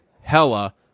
hella